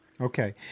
Okay